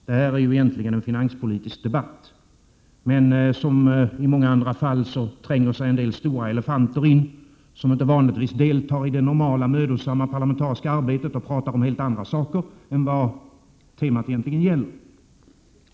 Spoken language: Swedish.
Egentligen är ju detta en finanspolitisk debatt, men som i många andra fall tränger sig en del stora elefanter in, som inte vanligtvis deltar i det normala mödosamma politiska arbetet, och pratar om helt andra saker än det tema som egentligen gäller.